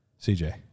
cj